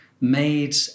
made